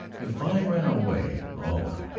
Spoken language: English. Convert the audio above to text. if i ran away oh, well